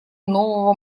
нового